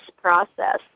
process